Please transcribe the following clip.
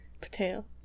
patel